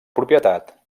propietat